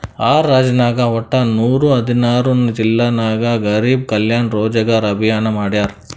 R ರಾಜ್ಯನಾಗ್ ವಟ್ಟ ನೂರಾ ಹದಿನಾರ್ ಜಿಲ್ಲಾ ನಾಗ್ ಗರಿಬ್ ಕಲ್ಯಾಣ ರೋಜಗಾರ್ ಅಭಿಯಾನ್ ಮಾಡ್ಯಾರ್